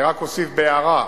אני רק אוסיף בהערה: